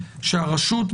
שהרשות,